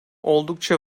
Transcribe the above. oldukça